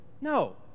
No